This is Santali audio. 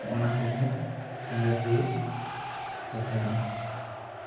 ᱦᱚᱜᱼᱚᱭ ᱱᱚᱣᱟ ᱠᱚᱜᱤ ᱪᱟᱸᱜᱟ ᱠᱤᱭᱟᱹ ᱠᱟᱛᱷᱟ ᱫᱚ